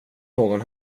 någon